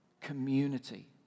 community